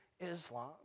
Islam